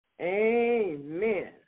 Amen